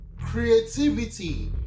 creativity